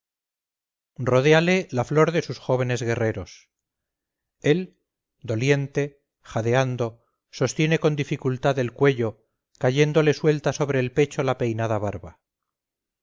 rodéale la flor de sus jóvenes guerreros él doliente jadeando sostiene con dificultad el cuello cayéndole suelta sobre el pecho la peinada barba